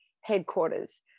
headquarters